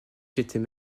j’étais